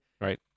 Right